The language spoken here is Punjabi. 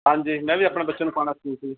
ਹਾਂਜੀ ਮੈਂ ਵੀ ਆਪਣੇ ਬੱਚਿਆਂ ਨੂੰ ਪਾਉਣਾ ਸਕੂਲ 'ਚ ਜੀ